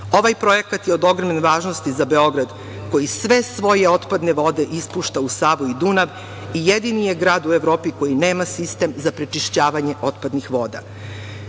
Ovaj projekat je od ogromne važnosti za Beograd, koji sve svoje otpadne vode ispušta u Savu i Dunav i jedini je grad u Evropi koji nema sistem za prečišćavanje otpadnih voda.